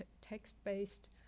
text-based